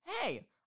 hey